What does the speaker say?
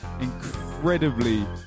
incredibly